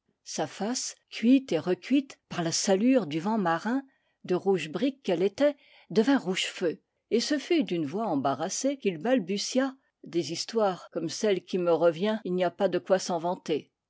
sa face cuite et recuite par la salure du vent marin de rouge brique qu'elle était devint rouge feu et ce fut d'une voix embarrassée qu'il balbutia des histoires comme celle qui me revient il n'y a pas le quoi s'en vanter